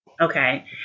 okay